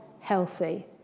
healthy